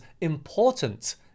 important